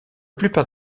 plupart